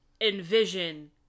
envision